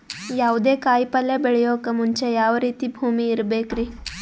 ಯಾವುದೇ ಕಾಯಿ ಪಲ್ಯ ಬೆಳೆಯೋಕ್ ಮುಂಚೆ ಯಾವ ರೀತಿ ಭೂಮಿ ಇರಬೇಕ್ರಿ?